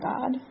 God